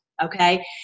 Okay